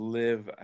live